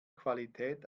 qualität